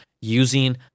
using